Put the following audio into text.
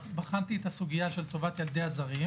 בחנתי את הסוגייה של טובת ילדי הזרים,